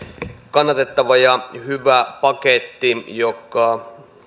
kannatettava ja hyvä paketti joka